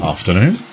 Afternoon